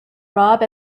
rob